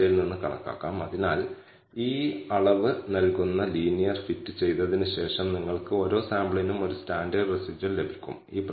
ഇത് നോർമലിന് സാമ്യമുള്ളതാണെന്ന് ശ്രദ്ധിക്കുക അതായത് യഥാർത്ഥ മൂല്യം എസ്റ്റിമേറ്റ് അല്ലെങ്കിൽ 2 മടങ്ങ് സ്റ്റാൻഡേർഡ് ഡീവിയേഷന് ഇടയിലായിരിക്കുമെന്ന് പറയുന്നു